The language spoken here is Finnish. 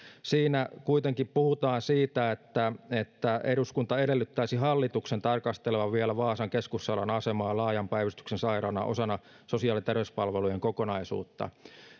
siinä kuitenkin puhutaan siitä että että eduskunta edellyttäisi hallituksen tarkastelevan vielä vaasan keskussairaalan asemaa laajan päivystyksen sairaalana osana sosiaali ja terveyspalvelujen kokonaisuutta